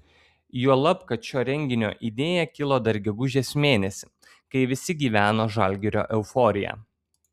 juolab kad šio renginio idėja kilo dar gegužės mėnesį kai visi gyveno žalgirio euforija